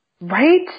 right